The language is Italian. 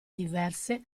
diverse